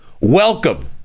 Welcome